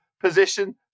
position